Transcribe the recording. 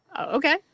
Okay